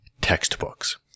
textbooks